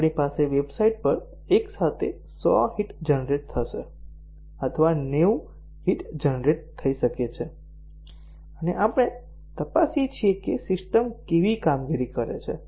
આપણી પાસે વેબસાઇટ પર એક સાથે 100 હિટ જનરેટ થશે અથવા 90 હિટ જનરેટ થઈ શકે છે અને આપણે તપાસીએ છીએ કે સિસ્ટમ કેવી કામગીરી કરે છે